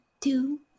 two